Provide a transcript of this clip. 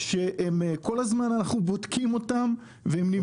שכל הזמן אנחנו בודקים אותם והם נמצאים שם.